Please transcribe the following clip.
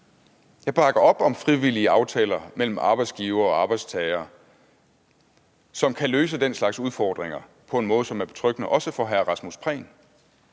Jeg bakker op om frivillige aftaler mellem arbejdsgivere og arbejdstagere, som kan løse den slags udfordringer på en måde, som er betryggende, også for hr. Rasmus Prehn.